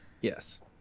yes